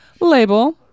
label